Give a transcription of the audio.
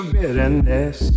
bitterness